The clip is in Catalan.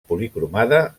policromada